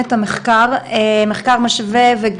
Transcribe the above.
זה עובד.